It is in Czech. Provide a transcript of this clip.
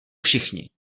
všichni